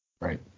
Right